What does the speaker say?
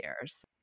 years